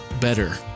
better